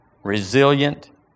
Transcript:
resilient